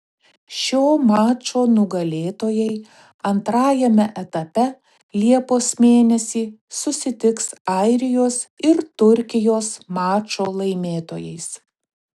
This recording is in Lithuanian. šio mačo nugalėtojai antrajame etape liepos mėnesį susitiks airijos ir turkijos mačo laimėtojais